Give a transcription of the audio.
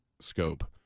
scope